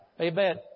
Amen